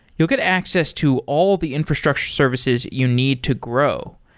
you'll get access to all the infrastructure services you need to grow.